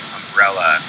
umbrella